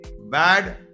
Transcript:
bad